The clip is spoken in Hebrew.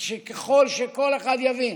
ככל שכל אחד יבין